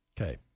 Okay